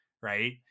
right